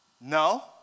no